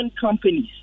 companies